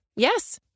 Yes